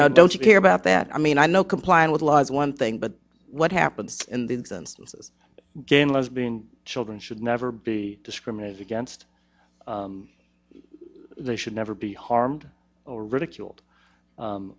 know don't you hear about that i mean i know complying with lies one thing but what happens in the instances of gay and lesbian children should never be discriminated against they should never be harmed or ridiculed